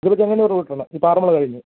ഇത് ചെങ്ങന്നൂർ റൂട്ടല്ല ഇത് ആറന്മുള കഴിഞ്ഞു